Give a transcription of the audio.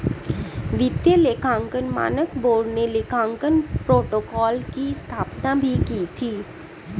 वित्तीय लेखांकन मानक बोर्ड ने लेखांकन प्रोटोकॉल की स्थापना भी की थी